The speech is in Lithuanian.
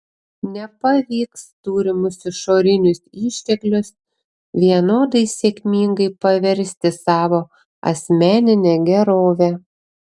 nepavyks turimus išorinius išteklius vienodai sėkmingai paversti savo asmenine gerove